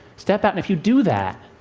step out. and if you do that,